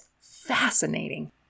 fascinating